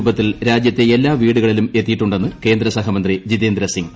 രൂപത്തിൽ രാജ്യത്തെ ക്സ്ലാ വീടുകളിലും എത്തിയിട്ടുണ്ടെന്ന് കേന്ദ്ര സഹമന്ത്രി ജിതേന്ദ്രസിംഗ്